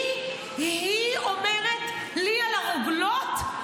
היא אומרת לי על הרוגלות,